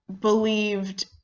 believed